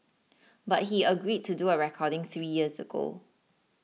but he agreed to do a recording three years ago